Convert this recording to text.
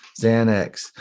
xanax